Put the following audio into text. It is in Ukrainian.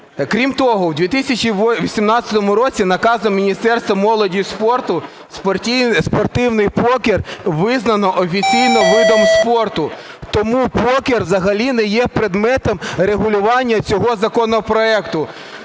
Крім того у 2018 році Наказом Міністерства молоді і спорту спортивний покер визнано офіційно видом спорту. Тому покер взагалі не є предметом регулювання цього законопроекту.